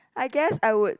I guess I would